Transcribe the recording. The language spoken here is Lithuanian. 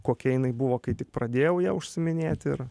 kokia jinai buvo kai tik pradėjau ja užsiiminėti ir